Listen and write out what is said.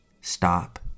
stop